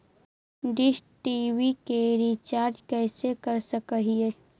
Dish TV के recharge कैसे कर सक हिय?